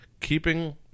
keeping